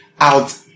out